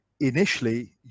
Initially